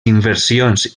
inversions